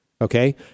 Okay